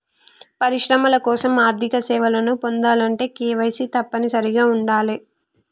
పరిశ్రమల కోసం ఆర్థిక సేవలను పొందాలంటే కేవైసీ తప్పనిసరిగా ఉండాలే